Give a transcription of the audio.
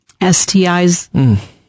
STIs